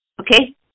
Okay